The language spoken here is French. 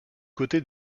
côté